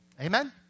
Amen